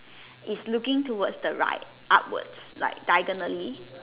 is looking towards the right upwards like diagonally